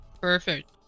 Perfect